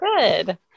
Good